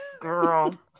girl